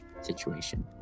situation